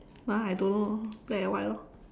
!huh! I don't know black and white lor